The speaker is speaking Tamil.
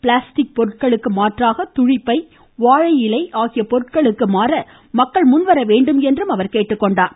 பிளாஸ்டிக் பொருட்களுக்கு மாற்றாக துணிப்பை வாழை இலை ஆகிய பொருட்களுக்கு மாற மக்கள் முன்வரவேண்டும் என்றும் அவர் கேட்டுக்கொண்டார்